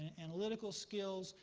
and analytical skills,